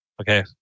okay